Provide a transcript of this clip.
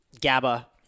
gaba